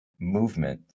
movement